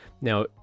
Now